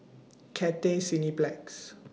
Cathay Cineplex